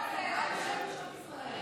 מדבר בשם נשות ישראל,